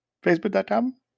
Facebook.com